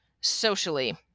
socially